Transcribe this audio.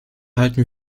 halten